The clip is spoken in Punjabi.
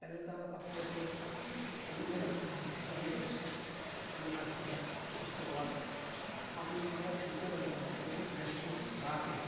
ਪਹਿਲਾਂ ਤਾਂ ਆਪਣੇ ਵੱਲੋਂ ਜਿ ਜਿੰਨੇ ਕੁ ਜੋ ਹੁੰਦਾ ਤਸੱਲੀਬਖਸ਼ ਕੰਮ ਕਰਕੇ ਸਰ ਉਸ ਤੋਂ ਬਾਅਦ ਅਗਲੇ ਜਿਹੜਾ ਦੂਜਾ ਬੰਦਾ ਹੁੰਦਾ ਉਹਦੀ ਅਜੈਸਟਮੈਂਟ ਕਰਾ ਕੇ